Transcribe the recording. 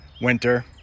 winter